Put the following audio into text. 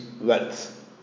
wealth